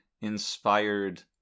inspired